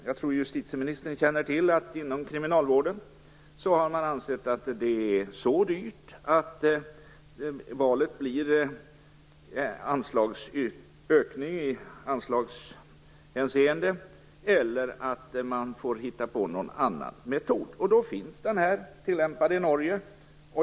Jag tror att justitieministern känner till att man inom kriminalvården har ansett att det är så dyrt att valet står mellan ökning i anslagshänseende eller att man får hitta på någon annan metod. Den metod jag talar om tillämpas i Norge.